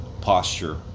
posture